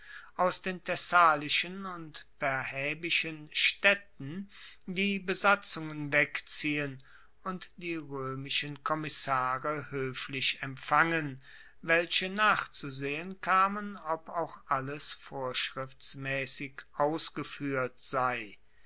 aus den thessalischen und perrhaebischen staedten die besatzungen wegziehen und die roemischen kommissare hoeflich empfangen welche nachzusehen kamen ob auch alles vorschriftsmaessig ausgefuehrt sei